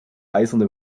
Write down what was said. eisene